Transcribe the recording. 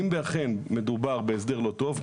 אם אכן מדובר בהסדר לא טוב,